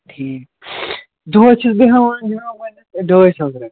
ٹھیٖک دۅہَس چھُس بہٕ ہٮ۪وان جِناب ڈاے ساس رۄپیہِ